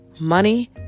money